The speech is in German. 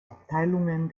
abteilungen